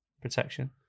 protection